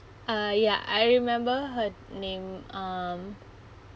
uh ya I remember her name um